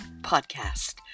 podcast